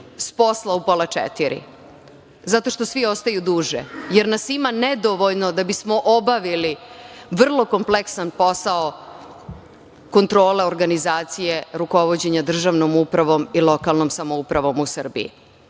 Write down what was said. s posla u pola četiri, zato što svi ostaju duže, jer nas ima nedovoljno da bismo obavili vrlo kompleksan posao kontrole organizacije rukovođenja državnom upravom i lokalnom samoupravom u Srbiji. Osim